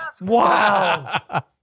wow